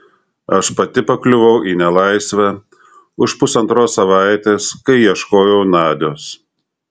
aš pati pakliuvau į nelaisvę už pusantros savaitės kai ieškojau nadios